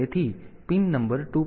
તેથી pin number 2